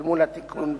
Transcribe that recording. שקדמו לתיקון בחוק.